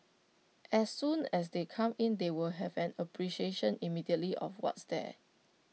as soon as they come in they will have an appreciation immediately of what's there